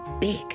big